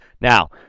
Now